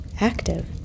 active